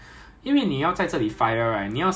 but but bionic 是那个 barrel hor I need to tie a chain